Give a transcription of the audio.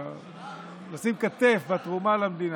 ולתת כתף בתרומה למדינה.